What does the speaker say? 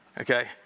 okay